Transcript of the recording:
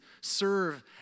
serve